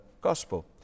gospel